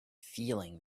feeling